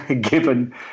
given